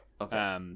Okay